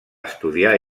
estudiar